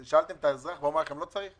שאלתם את האזרח והוא אמר לכם: לא צריך?